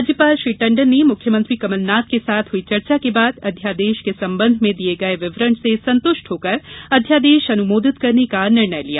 राज्यपाल श्री टंडन ने मुख्यमंत्री कमल नाथ के साथ हुई चर्चा के बाद अध्यादेश के संबंध में दिये गये विवरण से संतुष्ट होकर अध्यादेश अनुमोदित करने का निर्णय लिया